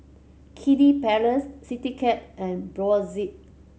Kiddy Palace Citycab and Brotzeit